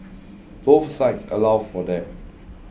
both sites allow for that